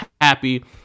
happy